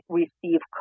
receive